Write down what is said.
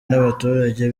n’abaturage